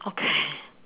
okay